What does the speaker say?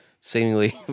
seemingly